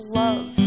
love